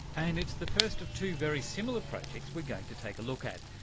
and it's the first of two very similar projects we're going to take a look at.